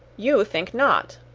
you think not.